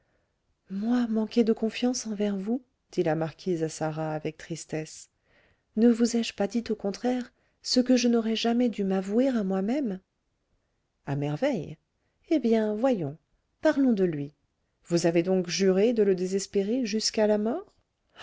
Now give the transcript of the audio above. moi manquer de confiance envers vous dit la marquise à sarah avec tristesse ne vous ai-je pas dit au contraire ce que je n'aurais jamais dû m'avouer à moi-même à merveille eh bien voyons parlons de lui vous avez donc juré de le désespérer jusqu'à la mort